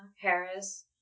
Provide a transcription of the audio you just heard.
Harris